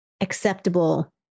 acceptable